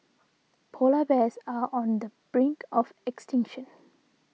Polar Bears are on the brink of extinction